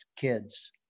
kids